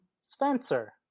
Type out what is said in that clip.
spencer